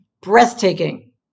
breathtaking